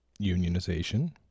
unionization